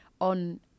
on